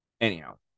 Anyhow